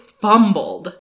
fumbled